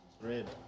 red